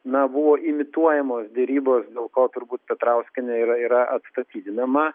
na buvo imituojamos derybos dėl ko turbūt petrauskienė ir yra atstatydinama